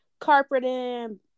carpeting